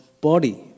body